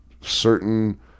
certain